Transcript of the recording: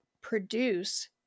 produce